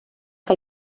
que